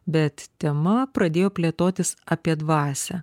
bet tema pradėjo plėtotis apie dvasią